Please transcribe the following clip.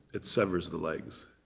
it severs of the legs.